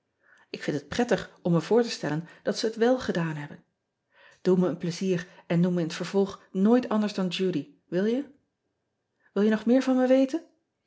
k vind het prettig om me voor te stellen dat ze het wèl gedaan hebben oe me een plezier en noem me in het vervolg nooit anders dan udy wil je ean ebster adertje angbeen il je nog meer van me weten